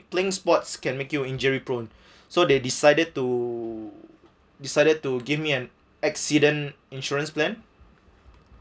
playing sports can make you injury prone so they decided to decided to give me an accident insurance plan